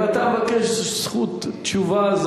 אם אתה מבקש זכות תשובה,